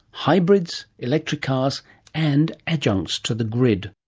hybrids, electric cars and adjuncts to the grid.